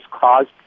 caused